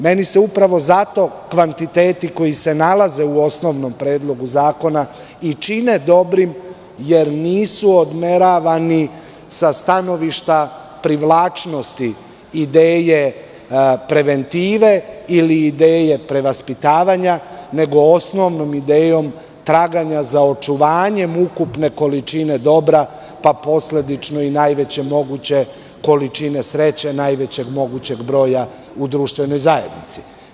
Meni se upravo zato kvantiteti koji se nalaze u osnovnom Predlogu zakona i čine dobrim jer nisu odmeravani sa stanovišta privlačnosti ideje preventive, ili ideje prevaspitavanja, nego osnovnom idejom traganja za očuvanjem ukupne količine dobra, pa posledično i najveće moguće količine sreće, najvećeg mogućeg broja u društvenoj zajednici.